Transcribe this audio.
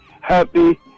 happy